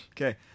Okay